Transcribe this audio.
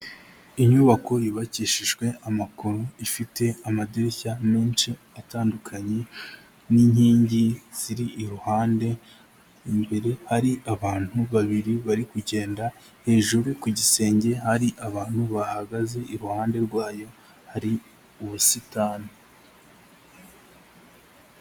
Inyubako yubakishijwe amakoro, ifite amadirishya menshi atandukanye, n'inkingi ziri iruhande; imbere hari abantu babiri bari kugenda, hejuru ku gisenge hari abantu bahagaze, iruhande rwayo hari ubusitani.